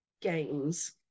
games